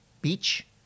Beach